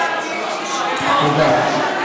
תודה.